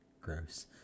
gross